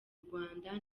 rwanda